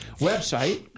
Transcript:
website